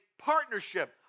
partnership